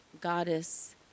goddess